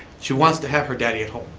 she wants to have her daddy at home.